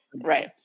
Right